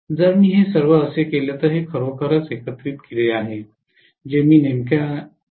जर मी हे सर्व असे केले तर हे खरोखर एकत्रित केले आहे जे मी नेमक्या पाहू शकेन